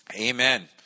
Amen